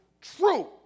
true